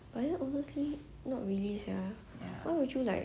but then obviously not really sia why would you like